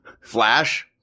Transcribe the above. flash